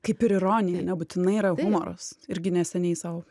kaip ir ironija nebūtinai yra humoras irgi neseniai sau